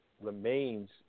remains